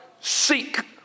seek